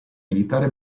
militare